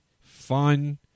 fun